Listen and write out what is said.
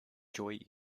joy